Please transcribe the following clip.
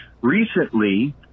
Recently